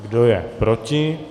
Kdo je proti?